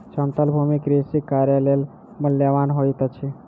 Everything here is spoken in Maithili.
समतल भूमि कृषि कार्य लेल मूल्यवान होइत अछि